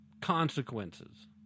consequences